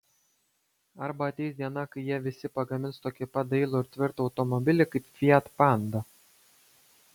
arba ateis diena kai jie visi pagamins tokį pat dailų ir tvirtą automobilį kaip fiat panda